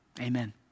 Amen